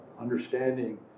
understanding